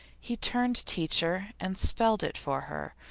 he turned teacher and spelled it for her,